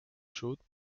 chaude